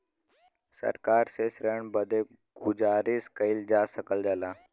सरकार से ऋण बदे गुजारिस कइल जा सकल जाला